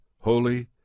holy